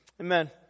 Amen